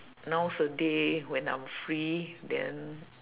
nowaday when I'm free then